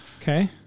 Okay